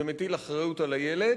זה מטיל אחריות על הילד,